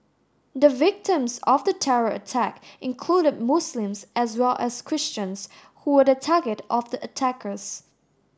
the victims of the terror attack included Muslims as well as Christians who were the target of the attackers